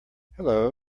hello